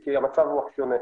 כי המצב הוא שונה.